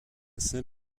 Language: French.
saint